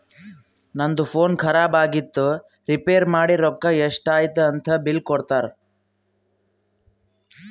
ನಂದು ಫೋನ್ ಖರಾಬ್ ಆಗಿತ್ತು ರಿಪೇರ್ ಮಾಡಿ ರೊಕ್ಕಾ ಎಷ್ಟ ಐಯ್ತ ಅಂತ್ ಬಿಲ್ ಕೊಡ್ತಾರ್